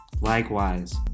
Likewise